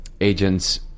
agents